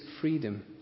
freedom